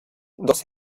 dos